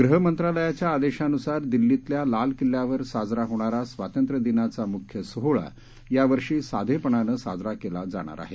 गृहमंत्रालयाच्या आदेशानुसार दिल्लीतल्या लाल किल्ल्यावर साजरा होणारा स्वातंत्र्य दिनाचा म्ख्य सोहळा यावर्षी साधेपणानं साजरा केला जाणार आहे